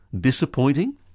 Disappointing